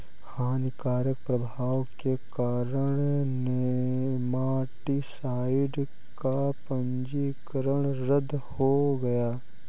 हानिकारक प्रभाव के कारण नेमाटीसाइड का पंजीकरण रद्द हो गया